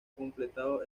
completado